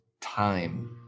time